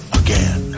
again